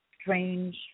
strange